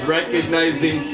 recognizing